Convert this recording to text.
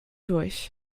durch